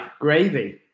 Gravy